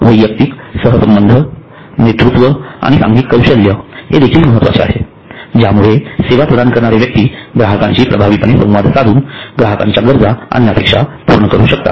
वैयक्तिक सहसंबध नेतृत्व आणि सांघिक कौशल्य हे देखील महत्वाचे आहे ज्यामुळे सेवा प्रदान करणारे व्यक्ती ग्राहकांशी प्रभावीपणे संवाद साधून ग्राहकांच्या गरजा आणि अपेक्षा पूर्ण करू शकतात